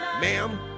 Ma'am